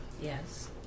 Yes